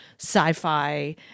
sci-fi